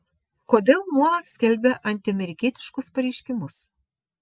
kodėl nuolat skelbia antiamerikietiškus pareiškimus